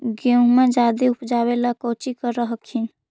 गेहुमा जायदे उपजाबे ला कौची कर हखिन?